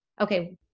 okay